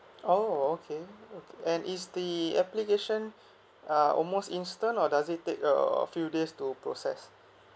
oh okay okay and is the application uh almost instant or does it take a a few days to process